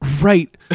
Right